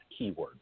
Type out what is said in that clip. keywords